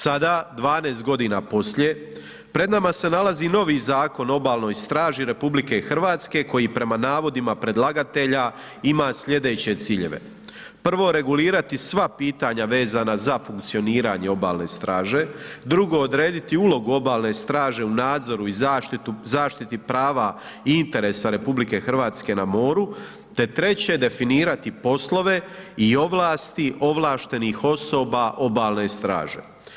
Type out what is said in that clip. Sada 12 godina poslije, pred nama se nalazi novi Zakon o Obalnoj straži RH koji prema navodima predlagatelja ima sljedeće ciljeve: 1. regulirati sva pitanja vezana za funkcioniranje obalne straže, 2. odrediti ulogu obalne straže u nadzoru i zaštiti prava i interesa RH na moru, te 3. definirati poslove i ovlasti ovlaštenih osoba obalne straže.